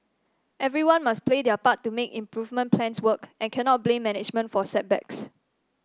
everyone must play their part to make improvement plans work and cannot blame management for setbacks